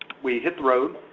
we hit the road.